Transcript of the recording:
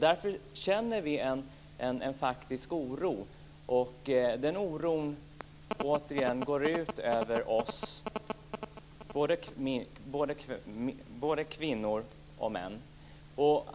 Därför känner vi en faktisk oro, och den oron går ut över både kvinnor och män.